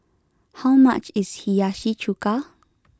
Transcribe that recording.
how much is Hiyashi chuka